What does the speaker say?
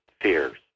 fears